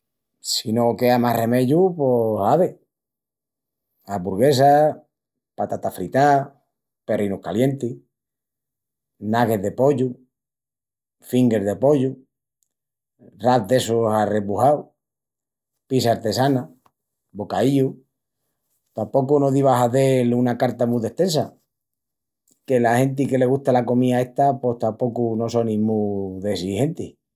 Si no quea más remeyu pos ave: aburguesas, patatas fritás, perrinus calientis, nuggets de pollu, fingers de pollu, wraps d'essus arrebujaus, pizza artesana, bocaíllus, tapocu no diva a hazel una carta mu destensa, que la genti que le gusta la comía esta pos tapocu no sonin mu dessigentis.